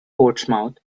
portsmouth